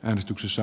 äänestyksessä